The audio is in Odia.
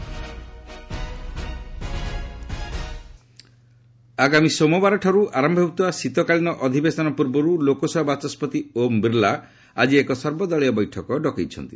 ଏଲ୍ଏସ୍ ଅଲ୍ ପାର୍ଟି ମିଟ୍ ଆଗାମୀ ସୋମବାରଠାରୁ ଆରମ୍ଭ ହେଉଥିବା ଶୀତକାଳୀନ ଅଧିବେଶନ ପୂର୍ବରୁ ଲୋକସଭା ବାଚସ୍କତି ଓମ୍ ବିର୍ଲା ଆଜି ଏକ ସର୍ବଦଳୀୟ ବୈଠକ ଡକାଇଛନ୍ତି